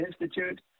Institute